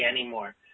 anymore